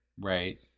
Right